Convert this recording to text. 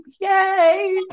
Yay